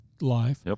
life